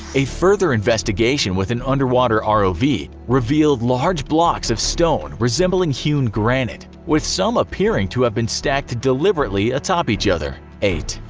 a further investigation with an underwater rov revealed revealed large blocks of stone resembling hewn granite, with some appearing to have been stacked deliberately atop each other. eight.